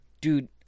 Dude